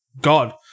god